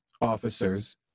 officers